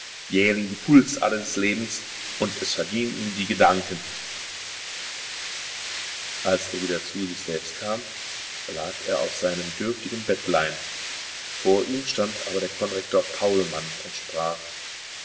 jähling die pulsader des lebens und es vergingen ihm die gedanken als er wieder zu sich selbst kam lag er auf seinem dürftigen bettlein vor ihm stand aber der konrektor paulmann und sprach